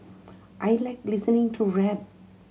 I like listening to rap